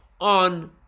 on